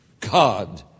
God